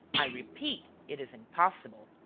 i repeat, it is impossible.